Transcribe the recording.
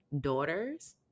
daughters